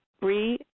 Bree